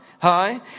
hi